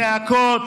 צעקות.